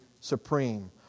supreme